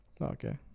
Okay